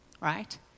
Right